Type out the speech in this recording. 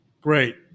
great